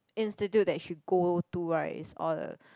institute that she go to right is all the